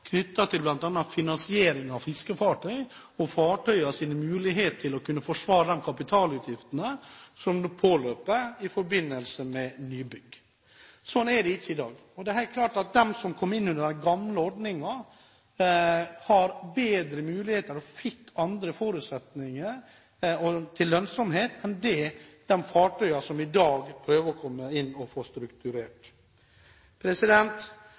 knyttet til bl.a. finansieringen av fiskefartøy og fartøyenes muligheter til å kunne forsvare de kapitalutgiftene som påløper i forbindelse med nybygg. Sånn er det ikke i dag. Det er helt klart at de som kommer inn under den gamle ordningen, har bedre muligheter og andre forutsetninger for lønnsomhet enn de fartøyene som i dag prøver å komme inn og få